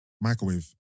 microwave